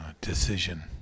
decision